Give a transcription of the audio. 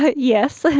ah yes.